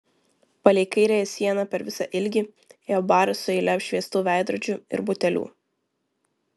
palei kairiąją sieną per visą ilgį ėjo baras su eile apšviestų veidrodžių ir butelių